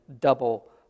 double